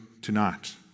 tonight